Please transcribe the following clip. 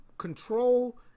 Control